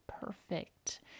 perfect